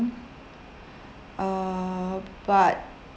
uh but